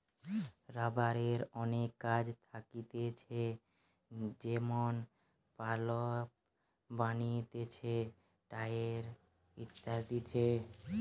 রাবারের অনেক কাজ থাকতিছে যেমন পাইপ বানাতিছে, টায়ার হতিছে